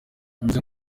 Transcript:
bimeze